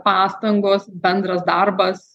pastangos bendras darbas